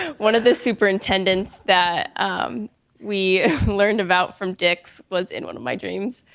and one of the superintendents that we learned about from dix was in one of my dreams,